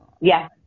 Yes